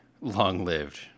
long-lived